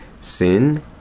sin